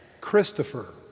Christopher